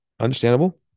Understandable